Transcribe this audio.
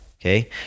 okay